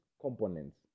components